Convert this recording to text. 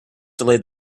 delayed